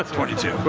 ah twenty two, but